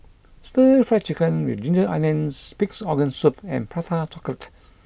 Stir Fry Chicken with Ginger Oonions Pig'S Organ Soup and Prata Chocolate